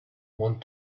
want